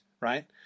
Right